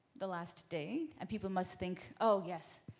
the last day. and people must think, oh, yes,